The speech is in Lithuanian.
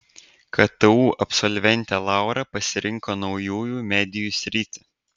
ktu absolventė laura pasirinko naujųjų medijų sritį